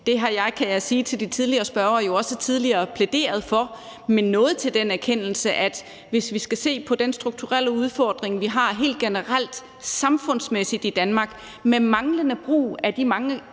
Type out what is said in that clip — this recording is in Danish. Det har jeg, kan jeg sige til de tidligere spørgere, jo også tidligere plæderet for, men er nået til den erkendelse, at hvis vi skal se på den strukturelle udfordring, vi har helt generelt samfundsmæssigt i Danmark med manglende brug af de mange